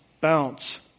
bounce